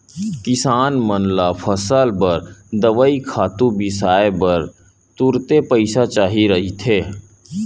किसान मन ल फसल बर दवई, खातू बिसाए बर तुरते पइसा चाही रहिथे